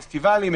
פסטיבלים,